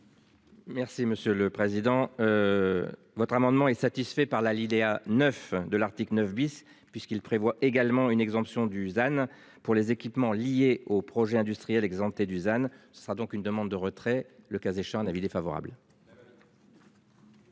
Merci, monsieur le Président. Votre amendement est satisfait par là l'idée à 9 de l'article 9 bis puisqu'il prévoit également une exemption Dusan pour les équipements liés au projet industriel exemptés Dusan ce sera donc une demande de retrait, le cas échéant d'avis défavorable.